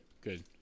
good